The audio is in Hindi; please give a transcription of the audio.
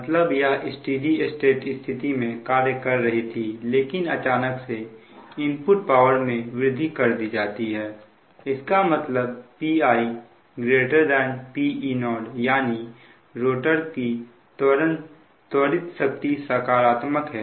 मतलब यह स्टेडी स्टेट स्थिति में कार्य कर रही थी लेकिन अचानक से इनपुट पावर में वृद्धि कर दी जाती है इसका मतलब Pi Pe0 यानी रोटर की त्वरित शक्ति सकारात्मक है